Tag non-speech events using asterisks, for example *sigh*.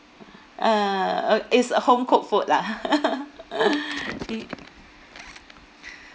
uh uh is home cooked food lah *laughs* *breath* i~